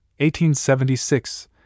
1876